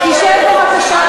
אין לך שום זכות, אין לך שום זכות.